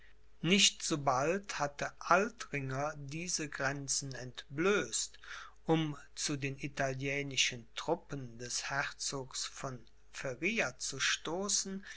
nicht sobald hatte altringer diese grenzen entblößt um zu den italienischen truppen des herzogs von feria zu stoßen